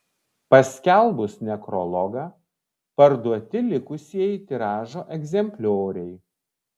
paskelbus nekrologą parduoti likusieji tiražo egzemplioriai